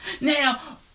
Now